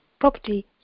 Property